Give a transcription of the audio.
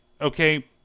okay